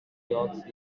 jocks